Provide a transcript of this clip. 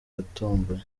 yatomboye